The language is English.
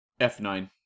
F9